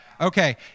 Okay